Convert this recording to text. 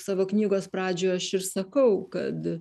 savo knygos pradžioj aš ir sakau kad